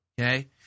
okay